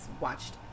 watched